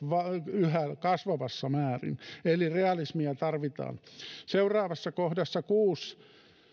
yhä kasvavassa määrin eli realismia tarvitaan kohdassa kuusi